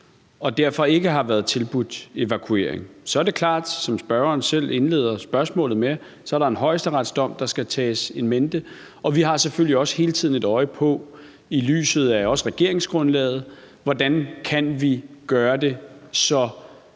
og derfor ikke er blevet tilbudt evakuering. Så er det klart, at der, som spørgeren selv indleder sit spørgsmål med, er en højesteretsdom, der skal tages in mente, og vi har selvfølgelig også hele tiden et øje på, også i lyset af regeringsgrundlaget, hvordan vi kan hjælpe de